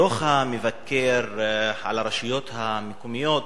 דוח המבקר על הרשויות המקומיות